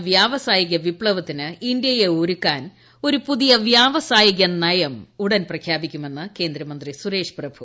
നാലാം വ്യാവസായിക വിപ്സവത്തിന് ഇന്തൃയെ ഒരുക്കാൻ പുതിയ വൃാവസായിക നയം ഉടൻ പ്രഖ്യാപിക്കുമെന്ന് കേന്ദ്രമന്ത്രി സുരേഷ് പ്രഭു